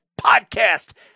podcast